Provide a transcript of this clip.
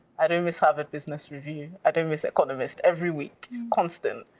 i don't miss harvard business review. i don't miss economist every week. constant.